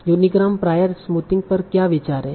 unigram prior smoothing पर क्या विचार है